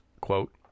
quote